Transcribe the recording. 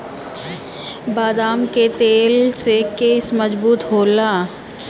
बदाम के तेल से केस मजबूत होला